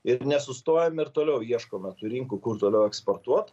ir nesustojam ir toliau ieškome tų rinkų kur toliau eksportuot